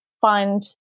find